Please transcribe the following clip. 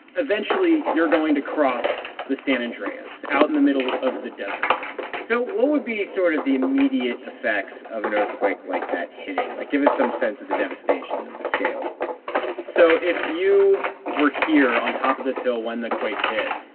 eventually, you're going to cross the san andreas out in the middle of the desert so what would be sort of the immediate effects of an earthquake like that hitting? like, give us some sense of the devastation, of the scale so if you were here on top of this hill when the quake hit,